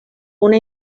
una